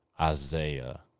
Isaiah